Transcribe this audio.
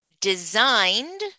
designed